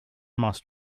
must